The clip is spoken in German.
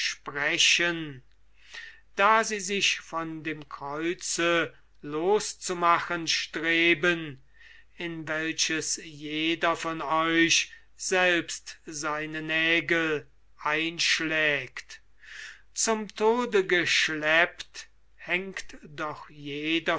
sprechen da sie sich von dem kreuze loszumachen streben in welches jeder von euch selbst seine nägel einschlägt zum tode geschleppt hängt doch jeder